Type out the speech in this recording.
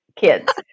kids